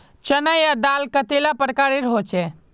चना या दाल कतेला प्रकारेर होचे?